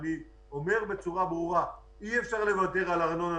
אני אומר בצורה ברורה: אי אפשר לוותר על ארנונה